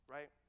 Right